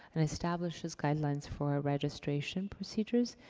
and establishes guidelines for ah registration procedures.